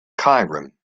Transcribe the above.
cairum